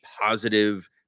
positive